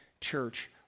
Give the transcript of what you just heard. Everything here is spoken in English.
church